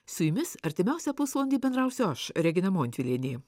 su jumis artimiausią pusvalandį bendrausiu aš regina montvilienė